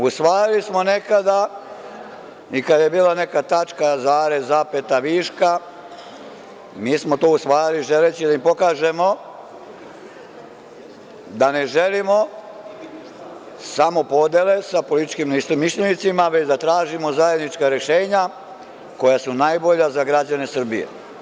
Usvajali smo nekada i kada je bila neka tačka, zarez, zapeta viška, mi smo to usvajali želeći da im pokažemo da ne želimo samo podele sa političkim neistomišljenicima, već da tražimo zajednička rešenja koja su najbolja za građane Srbije.